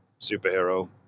superhero